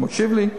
אתה מקשיב לי?